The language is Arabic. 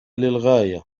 للغاية